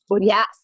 Yes